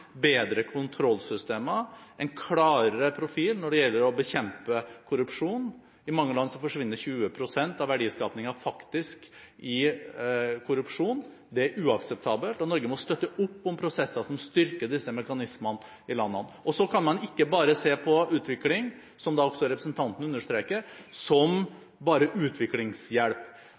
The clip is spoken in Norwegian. bedre kontrollsystemer og en klarere profil når det gjelder å bekjempe korrupsjon. I mange land forsvinner faktisk 20 pst. av verdiskapingen i korrupsjon. Det er uakseptabelt, og Norge må støtte opp om prosesser som styrker disse mekanismene i landene. Man kan ikke bare se på utvikling som bare utviklingshjelp, som også representanten understreker.